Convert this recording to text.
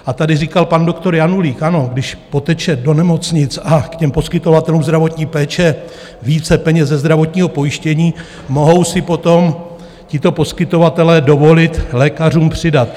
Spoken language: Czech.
A tady říkal pan doktor Janulík, ano, když poteče do nemocnic a k poskytovatelům zdravotní péče více peněz ze zdravotního pojištění, mohou si potom tito poskytovatelé dovolit lékařům přidat.